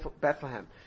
Bethlehem